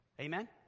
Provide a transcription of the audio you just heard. Amen